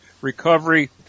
recovery